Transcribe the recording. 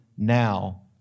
Now